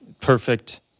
perfect